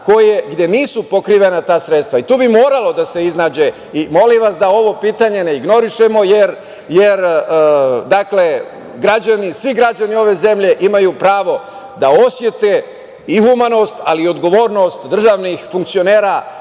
koje nisu pokrivene tim sredstvima. Tu bi moralo da se iznađe… Molim vas da ovo pitanje ne ignorišemo, jer svi građani ove zemlje imaju pravo da osete i humanost, ali i odgovornost državnih funkcionera,